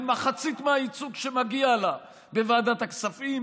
מחצית מהייצוג שמגיע לה בוועדת הכספים,